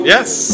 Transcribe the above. Yes